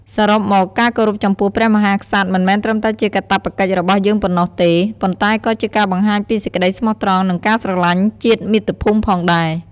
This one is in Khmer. សរុបមក ការគោរពចំពោះព្រះមហាក្សត្រ មិនមែនត្រឹមតែជាកាតព្វកិច្ចរបស់យើងប៉ុណ្ណោះទេ ប៉ុន្តែក៏ជាការបង្ហាញពីសេចក្តីស្មោះត្រង់ និងការស្រឡាញ់ជាតិមាតុភូមិផងដែរ។